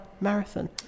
marathon